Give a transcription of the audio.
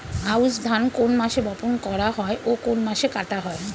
আউস ধান কোন মাসে বপন করা হয় ও কোন মাসে কাটা হয়?